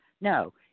No